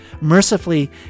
mercifully